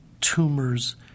tumors